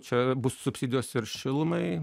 čia bus subsidijos ir šilumai